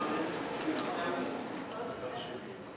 סעיפים 1 25 נתקבלו.